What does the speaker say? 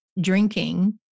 drinking